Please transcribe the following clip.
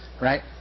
right